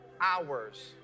hours